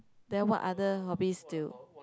than what other hobbies do